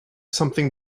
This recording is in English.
something